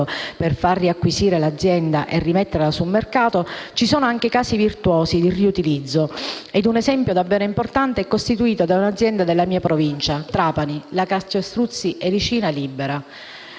per far riacquisire l'azienda e rimetterla sul mercato, ci sono anche casi virtuosi di riutilizzo. Un esempio davvero importante è costituito da un'azienda della mia provincia (Trapani), la Calcestruzzi Ericina Libera.